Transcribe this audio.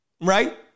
right